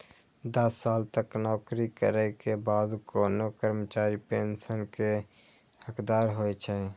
दस साल तक नौकरी करै के बाद कोनो कर्मचारी पेंशन के हकदार होइ छै